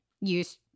Use